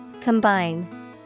Combine